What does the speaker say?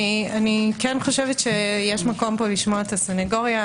כן יש מקום לשמוע את הסנגוריה.